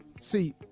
See